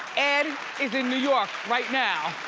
ed is in new york right now.